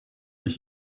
ich